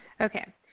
Okay